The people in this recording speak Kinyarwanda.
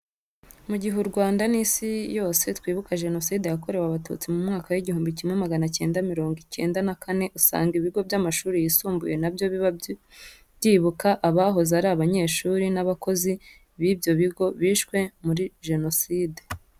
Mu gihe u Rwanga n'Isi yose twibuka Jenoside yakorewe Abatutsi mu mwaka w'igihumbi kimwe magana cyenga mirongo cyenda na kane, usanga ibigo by'amashuri yisumbuye na byo biba byibuka abahoze ari abanyeshuri n'abakozi b'ibyo bigo bishwe muri Jenoside.